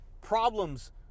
problems